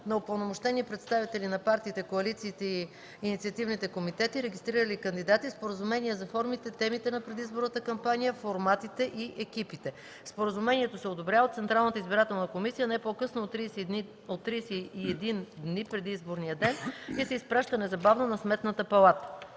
на упълномощени представители на партиите, коалициите и инициативните комитети, регистрирали кандидати, споразумение за формите, темите на предизборната кампания, форматите и екипите. Споразумението се одобрява от Централната избирателна комисия не по-късно от 31 дни преди изборния ден и се изпраща незабавно на Сметната палата.”